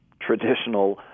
traditional